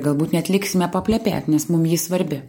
galbūt net liksime paplepėt nes mum ji svarbi